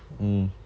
mm